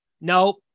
Nope